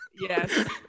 Yes